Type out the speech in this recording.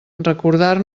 recordar